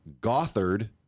Gothard